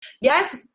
Yes